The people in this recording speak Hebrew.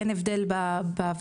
אין הבדל בעבדות,